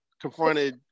confronted